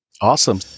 Awesome